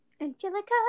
Angelica